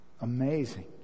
amazing